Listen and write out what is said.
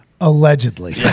Allegedly